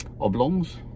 oblongs